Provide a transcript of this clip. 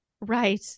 Right